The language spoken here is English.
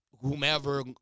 whomever